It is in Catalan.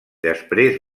després